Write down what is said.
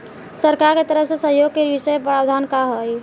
सरकार के तरफ से सहयोग के विशेष प्रावधान का हई?